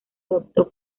adoptó